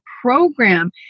program